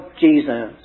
Jesus